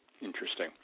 Interesting